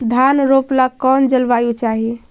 धान रोप ला कौन जलवायु चाही?